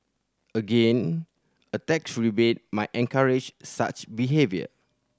again a tax rebate might encourage such behaviour